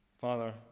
Father